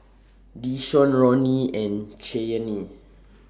Deshawn Ronny and Cheyenne